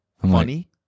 Funny